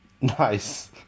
Nice